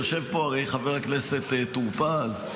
יושב פה הרי חבר הכנסת טור פז,